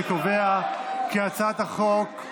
אני קובע כי הצעת החוק,